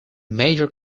major